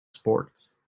sports